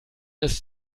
ist